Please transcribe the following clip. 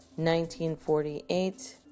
1948